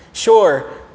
Sure